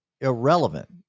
irrelevant